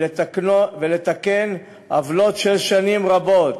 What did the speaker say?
ולתקן עוולות של שנים רבות: